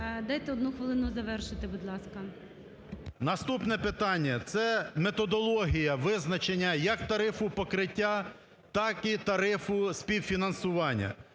Дайте одну хвилину завершити, будь ласка. МЕЛЬНИК С.І. Наступне питання – це методологія визначення як тарифу покриття, так і тарифу співфінансування.